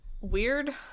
weird